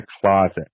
closet